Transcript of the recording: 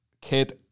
kid